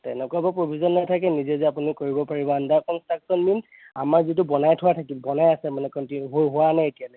তেনেকুৱা একো প্ৰভিজন নাথাকে নিজে যে আপুনি কৰিব পাৰিব আণ্ডাৰ কন্সট্ৰাকশ্বন মীনছ আমাৰ যিটো বনাই থোৱা থাকিব বনাই আছে মানে কন্টিনিউ হোৱা হোৱা নাই এতিয়ালৈকে